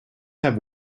have